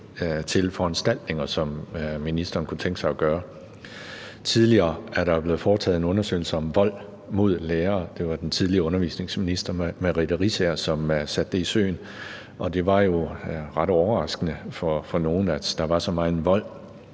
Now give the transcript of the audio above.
til foranstaltninger, som ministeren kunne tænke sig at tage. Tidligere er der jo blevet foretaget en undersøgelse om vold mod lærere. Det var den tidligere undervisningsminister Merete Riisager, som satte det i søen, og det var jo ret overraskende for nogle, at der var så megen vold